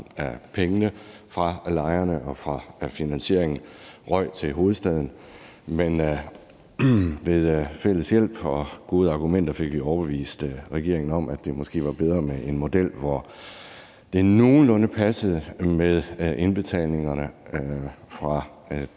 af pengene fra lejerne og fra finansieringen røg til hovedstaden, men ved fælles hjælp og gode argumenter fik vi overbevist regeringen om, at det måske var bedre med en model, hvor det nogenlunde passede med indbetalingerne fra